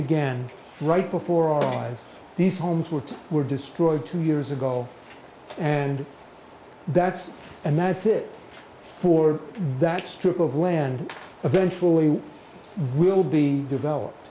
again right before our eyes these homes were were destroyed two years ago and that's and that's it for that strip of land eventually will be developed